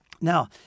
Now